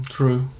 True